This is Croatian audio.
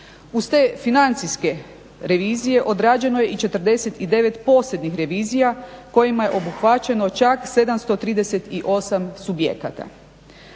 Uz te financijske revizije odrađeno je i 49 posebnih revizija kojima je obuhvaćeno čak 738 subjekata.